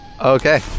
Okay